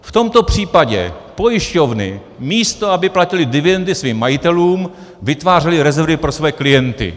V tomto případě pojišťovny místo aby platily dividendy svým majitelům, vytvářely rezervy pro své klienty.